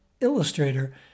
illustrator